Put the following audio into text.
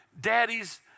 Daddies